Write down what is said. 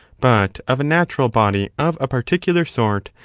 but of a natural body of a particular sort,